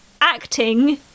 acting